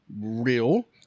real